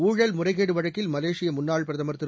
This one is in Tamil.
ஊழல் முறைகேடு வழக்கில் மலேசிய முன்னாள் பிரதமர் திரு